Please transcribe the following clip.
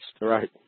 Right